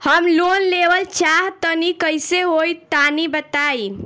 हम लोन लेवल चाह तनि कइसे होई तानि बताईं?